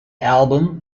album